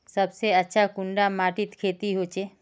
सबसे अच्छा कुंडा माटित खेती होचे?